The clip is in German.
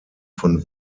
von